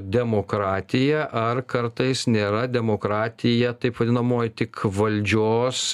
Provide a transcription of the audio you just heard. demokratija ar kartais nėra demokratija taip vadinamoji tik valdžios